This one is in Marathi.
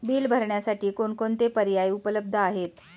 बिल भरण्यासाठी कोणकोणते पर्याय उपलब्ध आहेत?